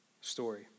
story